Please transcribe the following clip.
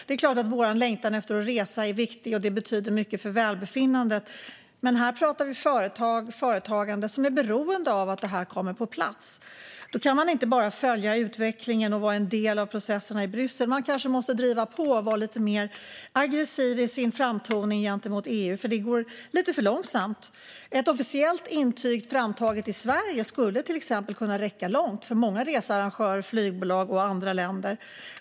Det är klart att vår längtan efter att resa är viktig och att det betyder mycket för välbefinnandet, men här pratar vi om företag som är beroende av att det hela kommer på plats. Då kan man inte bara följa utvecklingen och vara en del av processerna i Bryssel, utan man kanske måste driva på och vara lite mer aggressiv i sin framtoning gentemot EU. Det går lite för långsamt. Ett officiellt intyg framtaget i Sverige skulle kunna räcka långt för till exempel många researrangörer, flygbolag och andra länder.